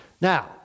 Now